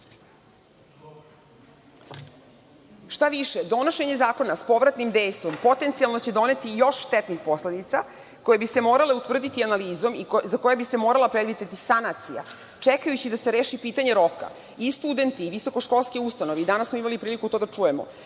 više, donošenje zakona sa povratnim dejstvom potencijalno će doneti još štetnih posledica koje bi se morale utvrditi analizom i za koje bi se morala predvideti sanacija. Čekajući da se reši pitanje roka i studenti i visokoškolske ustanove, danas smo imali prilike to da čujemo,